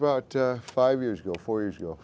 about five years ago four years ago